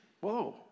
Whoa